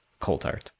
Coltart